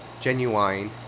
genuine